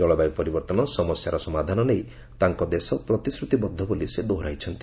ଜଳବାୟୁ ପରିବର୍ତ୍ତନ ସମସ୍ୟାର ସମାଧାନ ନେଇ ତାଙ୍କ ଦେଶ ପ୍ରତିଶ୍ରତିବଦ୍ଧ ବୋଲି ସେ ଦୋହରାଇଛନ୍ତି